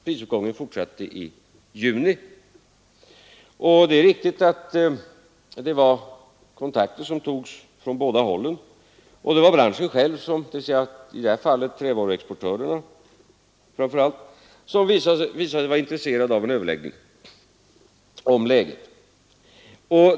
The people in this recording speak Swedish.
Prisuppgången fortsatte i juni. Det är riktigt att det togs kontakter från båda håll. Det var branschen själv — i detta fall framför allt trävaruexportörerna — som visade intresse av en överläggning om läget.